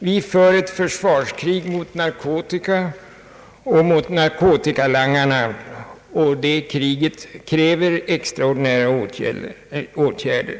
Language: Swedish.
Vi för ett försvarskrig mot narkotika och narkotikalangarna, och det kriget kräver extraordinära åtgärder.